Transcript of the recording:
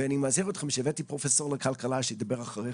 ואני מזהיר אתכם שהבאתי פרופסור לכלכלה שידבר אחריכם,